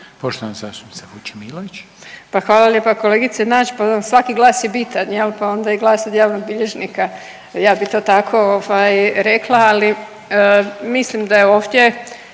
(Hrvatski suverenisti)** Pa hvala lijepa kolegice Nađ, pa svaki glas je bitan, je li, pa onda i glas od javnog bilježnika, ja bi to tako ovaj, rekla, ali mislim da je ovdje